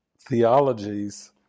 theologies